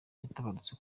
yaratabarutse